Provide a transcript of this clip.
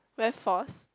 very forced